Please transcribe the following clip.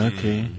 Okay